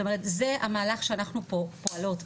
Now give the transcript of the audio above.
זאת אומרת זה המהלך שאנחנו פה פועלות.